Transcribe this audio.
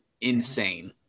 insane